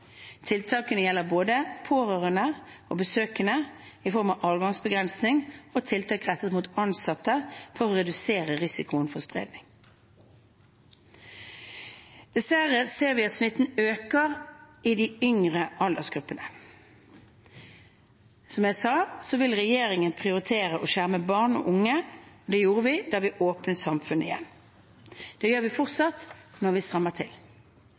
Tiltakene gjelder både pårørende og besøkende i form av adgangsbegrensning og tiltak rettet mot ansatte for å redusere risikoen for spredning. Dessverre ser vi at smitten øker i de yngre aldersgruppene. Som jeg sa, vil regjeringen prioritere å skjerme barn og unge. Det gjorde vi da vi åpnet opp samfunnet igjen. Det gjør vi fortsatt når vi strammer til.